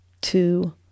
two